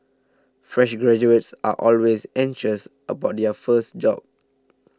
fresh graduates are always anxious about their first job